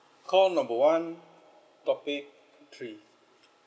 call number one topic three